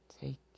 Take